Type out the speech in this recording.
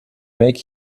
make